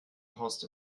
horst